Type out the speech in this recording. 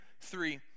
three